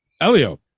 Elio